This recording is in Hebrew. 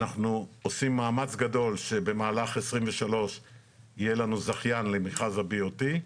אנחנו עושים מאמץ גדול שבמהלך 2023 יהיה לנו זכיין למכרז ה-BOT.